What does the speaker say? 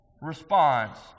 response